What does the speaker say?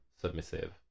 submissive